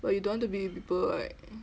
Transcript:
but you don't want to bid with people right